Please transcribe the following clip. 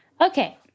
Okay